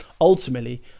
ultimately